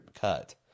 cut